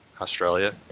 Australia